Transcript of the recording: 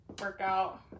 workout